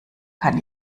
kann